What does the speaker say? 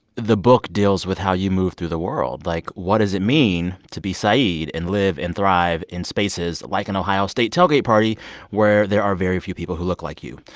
the book deals with how you move through the world. like, what does it mean to be saeed and live and thrive in spaces like an ohio state tailgate party where there are very few people who look like you.